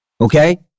Okay